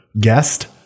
guest